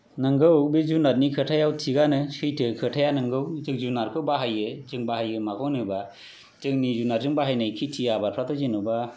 नोंगौ बे जुनारनि खोथायाव थिगानो सैथो खोथाया नोंगौ जिब जुनारखौ बाहायो जों बाहायो माखौ होनोबा जोंनि जुनारजों बाहायनाय खेति आबादफ्राथ' जेनबा